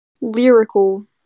Lyrical